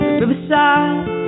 riverside